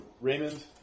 Raymond